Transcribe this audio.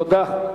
תודה.